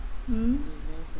mm